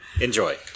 Enjoy